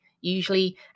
usually